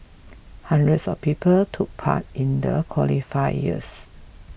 hundreds of people took part in the qualifiers